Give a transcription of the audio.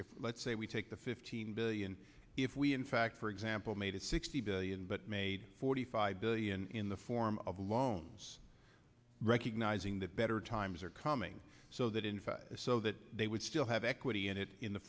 if let's say we take the fifteen billion if we in fact for example made sixty billion but made forty five billion in the form of loans recognizing that better times are coming so that in fact so that they would still have equity in it in the